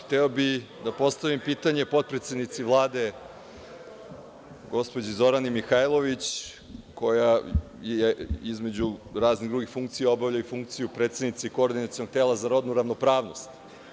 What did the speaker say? Hteo bih da postavim pitanje potpredsednici Vlade, gospođi Zorani Mihajlović, koja pored raznih drugih funkcija obavlja i funkciju predsednice Koordinacionog tela za rodnu ravnopravnost.